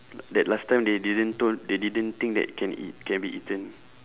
that last time they didn't told they didn't think that can eat can be eaten